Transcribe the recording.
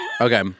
Okay